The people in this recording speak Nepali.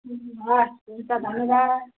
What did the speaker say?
हवस् हुन्छ धन्यवाद